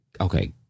okay